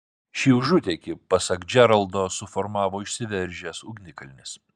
šį užutėkį pasak džeraldo suformavo išsiveržęs ugnikalnis